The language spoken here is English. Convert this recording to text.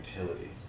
utility